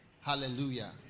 Hallelujah